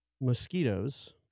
mosquitoes